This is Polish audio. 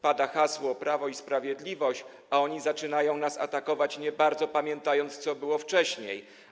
Pada hasło Prawo i Sprawiedliwość, a oni zaczynają nas atakować, nie bardzo pamiętając, co było wcześniej.